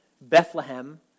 Bethlehem